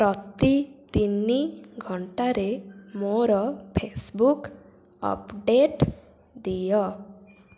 ପ୍ରତି ତିନି ଘଣ୍ଟାରେ ମୋର ଫେସବୁକ୍ ଅପଡ଼େଟ୍ ଦିଅ